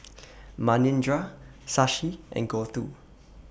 Manindra Shashi and Gouthu